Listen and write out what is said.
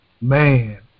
Man